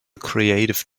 creative